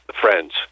friends